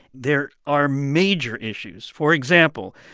there are major issues. for example,